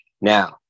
Now